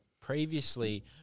previously